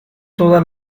todas